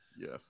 Yes